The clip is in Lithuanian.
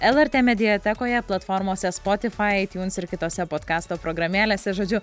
lrt mediatekoje platformose spotifai aitiuns ir kitose podkasto programėlėse žodžiu